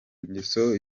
ngeso